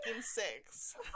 six